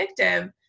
addictive